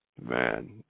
man